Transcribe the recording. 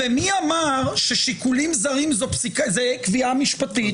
ומי אמר ששיקולים זרים זו קביעה משפטית?